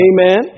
Amen